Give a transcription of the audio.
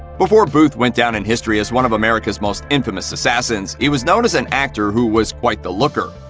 before booth went down in history as one of america's most infamous assassins, he was known as an actor who was quite the looker.